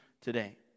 today